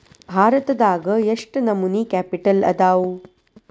ಭಾರತದಾಗ ಯೆಷ್ಟ್ ನಮನಿ ಕ್ಯಾಪಿಟಲ್ ಅದಾವು?